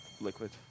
Liquid